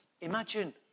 imagine